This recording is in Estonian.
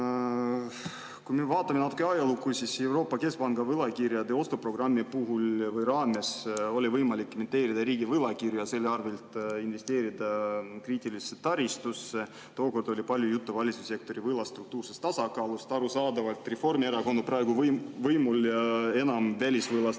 Kui me vaatame natuke ajalukku, siis Euroopa Keskpanga võlakirjade ostu programmi raames oli võimalik emiteerida riigi võlakirju ja selle abil investeerida kriitilisse taristusse. Tookord oli palju juttu valitsussektori võlast ja struktuursest tasakaalust. Arusaadavalt, Reformierakond on praegu võimul ja enam välisvõlast